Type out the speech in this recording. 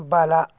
ಬಲ